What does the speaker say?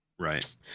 Right